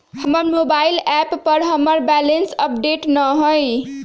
हमर mobile app पर हमर बैलेंस अपडेट न हई